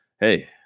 hey